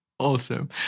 Awesome